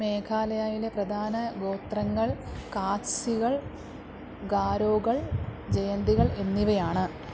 മേഘാലയായിലെ പ്രധാന ഗോത്രങ്ങൾ ഖാസ്സികള് ഗാരോകൾ ജയന്തികൾ എന്നിവയാണ്